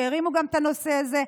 שגם הרימו את הנושא הזה.